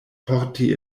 porti